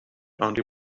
only